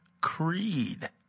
Creed